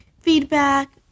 feedback